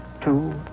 two